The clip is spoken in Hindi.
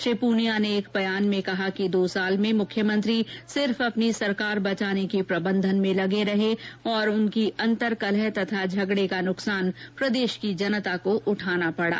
श्री पुनिया ने एक बयान में कहा कि दो साल में मुख्यमंत्री सिर्फ अपनी सरकार बचाने के प्रबंधन में लगे रहे और उनकी अंतर्कलह और झगडे का नुकसान प्रदेश की जनता को उठाना पडा